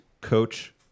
coach